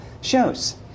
shows